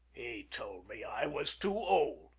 told me i was too old!